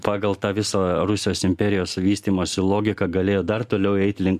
pagal tą visą rusijos imperijos vystymosi logiką galėjo dar toliau eiti link